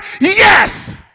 Yes